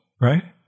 right